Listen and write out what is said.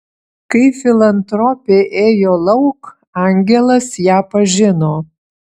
kai filantropė ėjo lauk angelas ją pažino